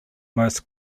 most